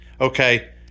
okay